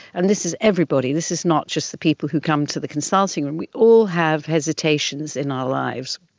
and this is everybody, this is not just the people who come to the consulting room, we all have hesitations in our lives,